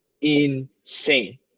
insane